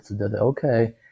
okay